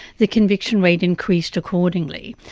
the conviction rate increased accordingly.